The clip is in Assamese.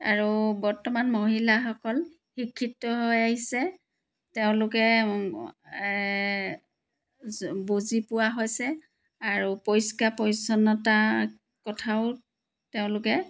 আৰু বৰ্তমান মহিলাসকল শিক্ষিত হৈ আহিছে তেওঁলোকে বুজি পোৱা হৈছে আৰু পৰিষ্কাৰ পৰিচ্ছন্নতাৰ কথাও তেওঁলোকে